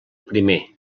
primer